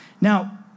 Now